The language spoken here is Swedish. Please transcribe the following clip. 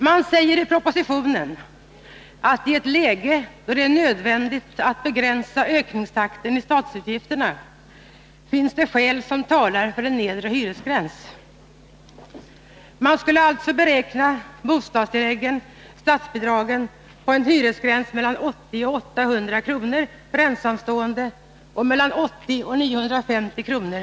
Man säger i propositionen att det i ett läge då det är nödvändigt att begränsa ökningstakten i statsutgifterna finns skäl som talar för en nedre hyresgräns. Man skulle alltså beräkna statsbidragen till bostadstilläggen på den del av hyran som ligger mellan 80 och 800 kr. för ensamstående och mellan 80 och 950 kr.